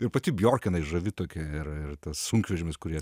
ir pati bjok jinai žavi tokia ir tas sunkvežimius kurie